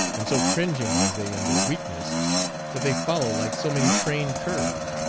and so cringing are they in their weakness that they follow like so many trained curs.